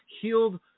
healed